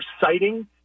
citing